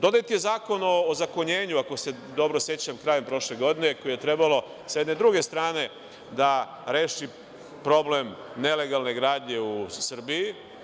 Donet je Zakon o ozakonjenju, ako se dobro sećam, krajem prošle godine, koji je trebalo sa jedne druge strane da reši problem nelegalne gradnje u Srbiji.